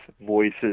voices